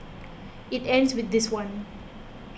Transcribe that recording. it ends with this one